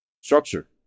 structure